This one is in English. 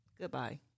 Goodbye